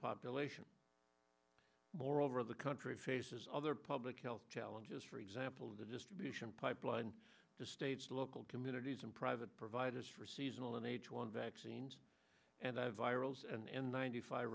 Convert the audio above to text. population moreover the country faces other public health challenges for example of the distribution pipeline to states local communities and private providers for seasonal n h one vaccines and i virals and ninety five